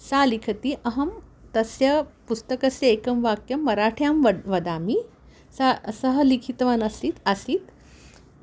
सः लिखति अहं तस्य पुस्तकस्य एकं वाक्यं मराठ्यां वट् वदामि सः सः लिखितवान् आसीत् आसीत्